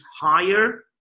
higher